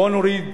בוא נוריד,